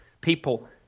people